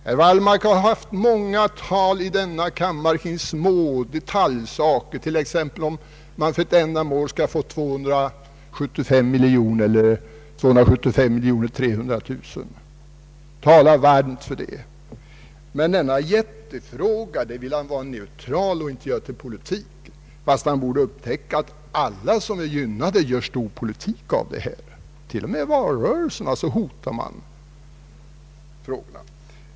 Herr Wallmark har hållit många anföranden i denna kammare i små detaljfrågor, t.ex. om man för ett visst ändamål skall anslå 275 miljoner kronor eller 275 300 000 kronor, och han har talat varmt för sin sak. Men i denna jättefråga vill han vara neutral och inte göra politik, fastän han borde upptäcka att alla som är gynnade gör stor politik av detta. Man hotar till och med att göra det i valrörelsen.